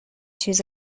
چیز